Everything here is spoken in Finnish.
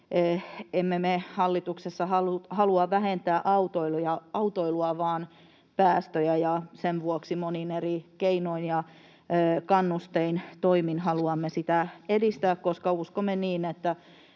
emme me hallituksessa halua vähentää autoilua vaan päästöjä, ja sen vuoksi monin eri keinoin ja kannustein, toimin, haluamme sitä edistää, koska uskomme niin, että